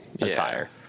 attire